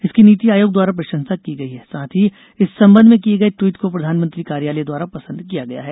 इसकी नीति आयोग द्वारा प्रशंसा की गई है साथ ही इस संबंध में किये गये ट्वीट को प्रधानमंत्री कार्यालय द्वारा पसन्द किया गया है